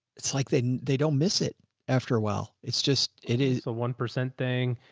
it's like they, they don't miss it after a while. it's just, it is a one percent thing.